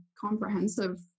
comprehensive